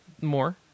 more